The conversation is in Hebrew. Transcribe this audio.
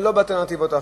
ולא באלטרנטיבות.